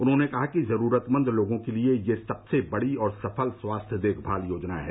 उन्होंने कहा कि जरूरतमंद लोगों के लिए यह सबसे बड़ी और सफल स्वास्थ्य देखभाल योजना है